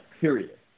period